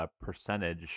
percentage